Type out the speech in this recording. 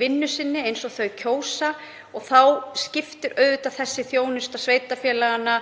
vinnu sinni eins og þeir kjósa og þá skiptir auðvitað þessi þjónusta sveitarfélaganna